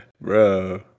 bro